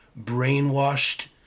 brainwashed